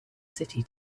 city